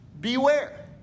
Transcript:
Beware